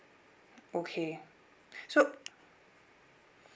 okay so